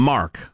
Mark